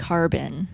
Carbon